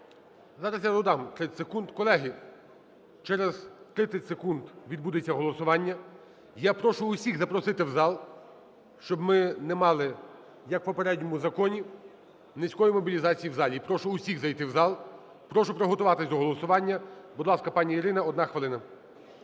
Зараз я додам 30 секунд. Колеги, через 30 секунд відбудеться голосування. Я прошу усіх запросити в зал, щоб ми не мали, як в попередньому законі, низької мобілізації в залі. І прошу усіх зайти в зал. Прошу приготуватись до голосування. Будь ласка, пані Ірина, одна хвилина.